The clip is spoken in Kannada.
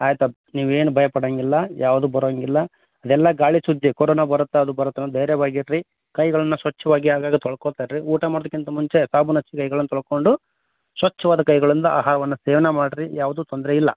ಆಯ್ತಪ್ಪ ನೀವು ಏನು ಭಯಪಡೋಂಗಿಲ್ಲ ಯಾವ್ದೂ ಬರೋಂಗಿಲ್ಲ ಅದೆಲ್ಲ ಗಾಳಿ ಸುದ್ದಿ ಕೊರೋನ ಬರುತ್ತೆ ಅದು ಬರುತ್ತೆ ಅನ್ನದು ಧೈರ್ಯವಾಗಿ ಇರ್ರಿ ಕೈಗಳನ್ನು ಸ್ವಚ್ಛವಾಗಿ ಆಗಾಗ ತೊಳ್ಕೋತಾ ಇರ್ರಿ ಊಟ ಮಾಡೋದಕ್ಕಿಂತ ಮುಂಚೆ ಸಾಬೂನು ಹಚ್ಚಿ ಕೈಗಳನ್ನು ತೊಳ್ಕೊಂಡು ಸ್ವಚ್ಛವಾದ ಕೈಗಳಿಂದ ಆಹಾರವನ್ನು ಸೇವನೆ ಮಾಡಿರಿ ಯಾವುದೂ ತೊಂದರೆ ಇಲ್ಲ